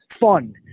Fun